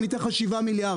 אני אתן לך שבעה מיליארד,